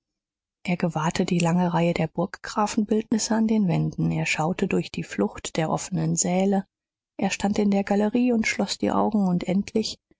er gewahrte die lange reihe der burggrafenbildnisse an den wänden er schaute durch die flucht der offenen säle er stand in der galerie und schloß die augen und endlich